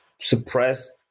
Suppressed